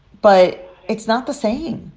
but it's not the same,